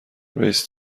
رئیس